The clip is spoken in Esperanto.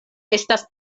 estas